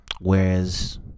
whereas